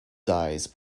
dies